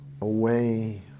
away